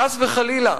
חס וחלילה,